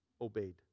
obeyed